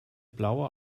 blaue